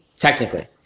technically